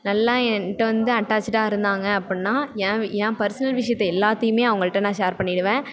நல்லா என்கிட்ட வந்து அட்டாச்சுடா இருந்தாங்க அப்புடின்னா என் வி ஏன் பர்சனல் விஷயத்த எல்லாத்தையுமே அவங்கள்கிட்ட நான் ஷேர் பண்ணிவிடுவேன்